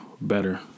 Better